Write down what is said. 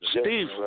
Steve